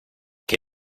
que